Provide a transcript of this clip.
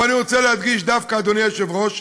אבל אני רוצה להדגיש דווקא, אדוני היושב-ראש,